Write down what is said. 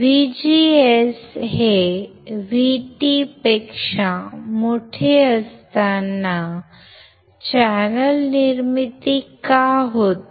VGS हे VT पेक्षा मोठे असताना चॅनेल निर्मिती का होते